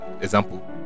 example